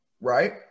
Right